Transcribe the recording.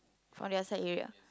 from the outside area